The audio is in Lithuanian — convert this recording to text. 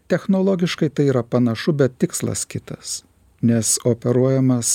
technologiškai tai yra panašu bet tikslas kitas nes operuojamas